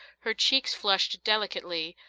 her cheeks flushed delicately,